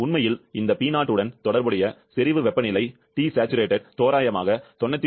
உண்மையில் இந்த P0 உடன் தொடர்புடைய செறிவு வெப்பநிலை Tsat தோராயமாக 99